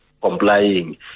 complying